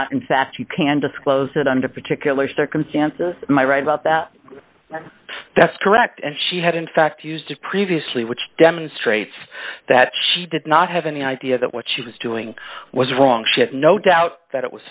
not in fact you can disclose it under particular circumstances my right about that that's correct and she had in fact used it previously which demonstrates that she did not have any idea that what she was doing was wrong she had no doubt that it